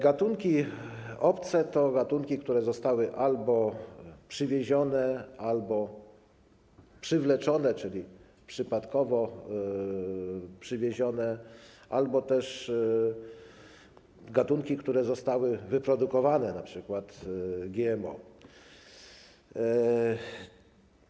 Gatunki obce to gatunki, które zostały albo przywiezione, albo przywleczone, czyli przypadkowo przywiezione, albo też gatunki, które zostały wyprodukowane, np. GMO.